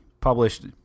published